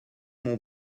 mon